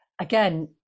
again